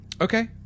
okay